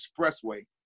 Expressway